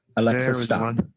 alexa stop.